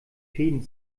fäden